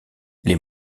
les